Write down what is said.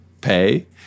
pay